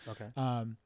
Okay